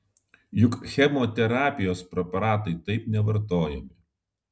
juk chemoterapijos preparatai taip nevartojami